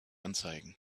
anzeigen